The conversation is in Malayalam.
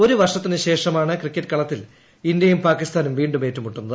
ഒരു വർഷത്തിനുശേഷമാണ് ക്രിക്കറ്റ് കളത്തിൽ ഇന്ത്യയും പാകിസ്ഥാനും വീണ്ടും ഏറ്റുമുട്ടുന്നത്